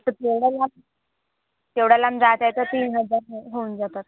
तर एवढ्या लांब एवढ्या लांब जायचं आहे तर तीन हजार होऊन जातात